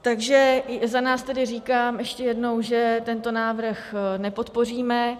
Takže za nás tedy říkám ještě jednou, že tento návrh nepodpoříme.